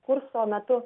kurso metu